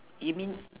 you mean